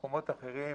במקומות אחרים,